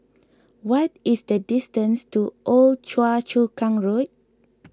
what is the distance to Old Choa Chu Kang Road